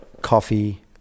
coffee